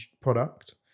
product